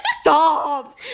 stop